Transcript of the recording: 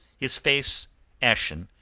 his face ashen,